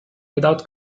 without